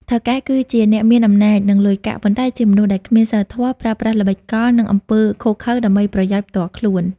ថៅកែគឺជាអ្នកមានអំណាច និងលុយកាក់ ប៉ុន្តែជាមនុស្សដែលគ្មានសីលធម៌ ប្រើប្រាស់ល្បិចកល និងអំពើឃោរឃៅដើម្បីប្រយោជន៍ផ្ទាល់ខ្លួន។